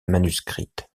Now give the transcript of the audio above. manuscrite